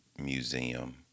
Museum